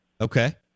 Okay